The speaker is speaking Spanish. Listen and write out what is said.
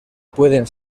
pueden